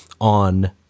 on